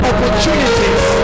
Opportunities